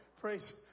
Praise